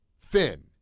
thin